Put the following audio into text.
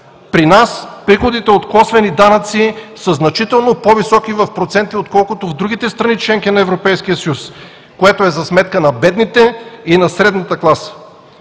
При нас приходите от косвени данъци са значително по-високи в проценти, отколкото в другите страни – членки на Европейския съюз, което е за сметка на бедните и на средната класа.